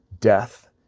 death